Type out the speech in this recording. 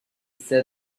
said